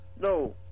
No